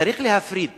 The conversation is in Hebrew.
צריך להפריד